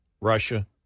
Russia